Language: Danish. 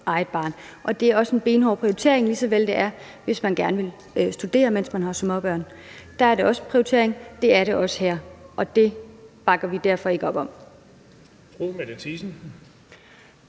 eget barn. Og det er også en benhård prioritering, lige så vel som det er, hvis man gerne vil studere, mens man har småbørn – der er det også en prioritering, og det er det også her. Og det bakker vi derfor ikke op om.